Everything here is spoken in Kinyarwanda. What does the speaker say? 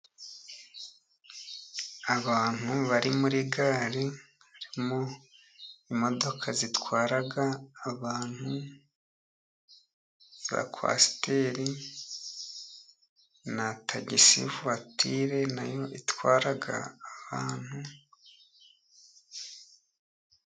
Abantu bari muri gare, harimo imodoka zitwara abantu za kwasiteri na tagisivatire nayo itwara abantu.